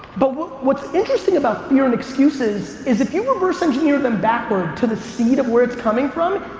but what's interesting about fear and excuses is if you reverse engineer them backward to the seed of where it's coming from,